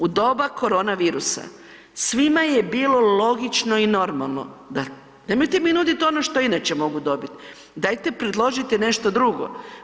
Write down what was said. U doba korona virusa svima je bilo logično i normalno nemojte mi nuditi ono što inače mogu dobiti, dajte predložite nešto drugo.